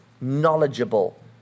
knowledgeable